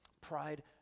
Pride